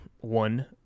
one